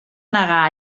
negar